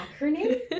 acronym